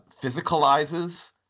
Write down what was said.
physicalizes